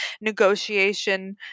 negotiation